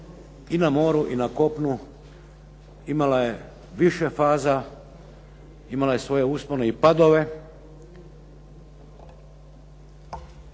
i na moru i na kopnu imala je više faza, imala je svoje uspone i padove.